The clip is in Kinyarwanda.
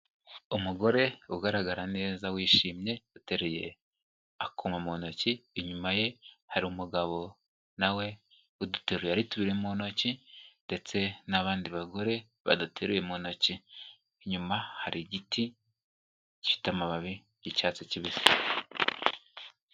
Umugore ugaragara neza wishimye, uteruye akuma mu ntoki, inyuma ye hari umugabo nawe uduteruye ari tubiri mu ntoki, ndetse n'abandi bagore badateruye mu ntoki, inyuma hari igiti gifite amababi y'icyatsi kibisi.